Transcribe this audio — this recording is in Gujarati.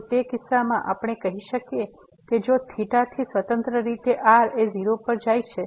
તો તે કિસ્સામાં આપણે કહી શકીએ કે જો થીટા થી સ્વતંત્ર રીતે r એ 0 પર જાય છે